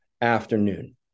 afternoon